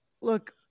Look